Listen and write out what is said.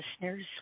listeners